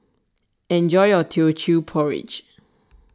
enjoy your Teochew Porridge